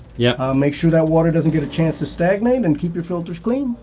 yeah ah make sure that water doesn't get a chance to stagnate and keep your filters clean.